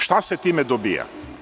Šta se time dobija?